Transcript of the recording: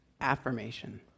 affirmation